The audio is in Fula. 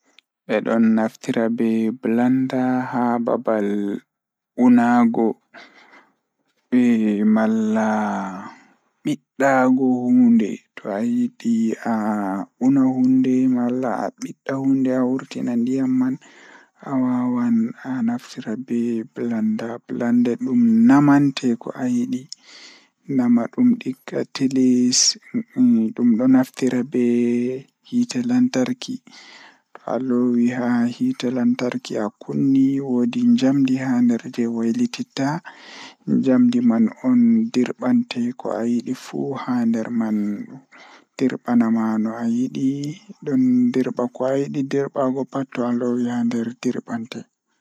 Blender ko nafaade e njiytaade ngelɗi ɓe soodiri. Nde eɓe daɓɓi, ngal fiya njiytaade jeyɗi, hikkinaa e ngelɗi ɓe foti. Ko njiytaade mawniraade, ngal njaltina laawol ngam miijo ɓe.